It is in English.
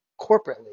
corporately